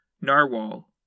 Narwhal